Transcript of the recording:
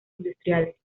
industriales